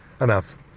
enough